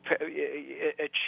achieve